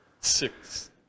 six